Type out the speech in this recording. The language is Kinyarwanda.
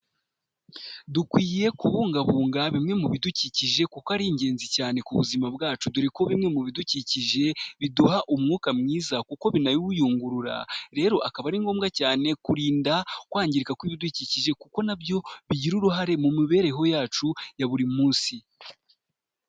Dukwiye kubungabunga bimwe mu bidukikije kuko ari ingenzi cyane ku buzima bwacu, dore ko bimwe mu bidukikije biduha umwuka mwiza kuko binawuyungurura, rero akaba ari ngombwa cyane kurinda kwangirika kw'ibidukikije kuko na byo bigira uruhare mu mibereho yacu ya buri munsi.